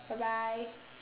bye bye